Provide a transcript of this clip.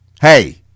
hey